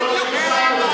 השר ליצמן,